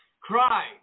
Cry